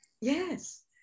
Yes